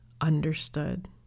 understood